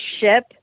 ship